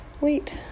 wait